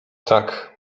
tak